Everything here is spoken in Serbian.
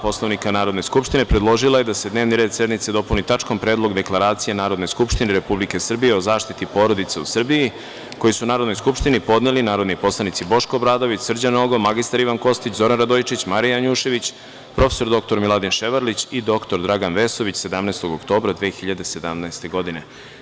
Poslovnika Narodne skupštine, predložila je da se dnevni red sednice dopuni tačkom – Predlog deklaracije Narodne skupštine Republike Srbije o zaštiti porodica u Srbiji, koji su Narodnoj skupštini podneli narodni poslanici Boško Obradović, Srđan Nogo, magistar Ivan Kostić, Zoran Radojičić, Marija Janjušević, prof. dr Miladin Ševarlić i dr Dragan Vesović, 17. oktobra 2017. godine.